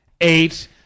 eight